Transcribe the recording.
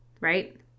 Right